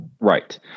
right